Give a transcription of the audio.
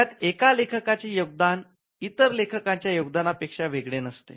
ज्यात एका लेखकाचे योगदान इतर लेखकांच्या योगदानापेक्षा वेगळे नसते